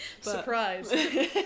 Surprise